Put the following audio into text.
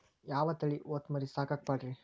ಯಾವ ತಳಿ ಹೊತಮರಿ ಸಾಕಾಕ ಪಾಡ್ರೇ?